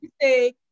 say